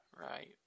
right